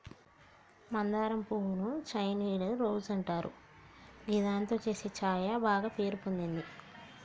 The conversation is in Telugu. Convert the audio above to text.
మందారం పువ్వు ను చైనీయుల రోజ్ అంటారు గిదాంతో చేసే ఛాయ బాగ పేరు పొందింది